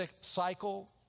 cycle